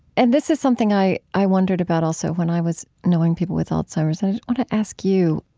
and this is something i i wondered about also when i was knowing people with alzheimer's. and i want to ask you